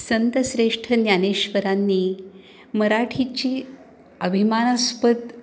संतश्रेष्ठ ज्ञानेश्वरांनी मराठीची अभिमानास्पद